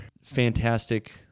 fantastic